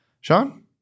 Sean